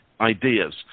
ideas